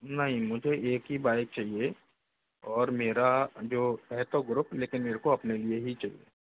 नहीं मुझे एक ही बाइक चाहिए और मेरा जो है तो ग्रुप लेकिन मेरको अपने लिए ही चाहिए